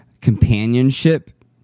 companionship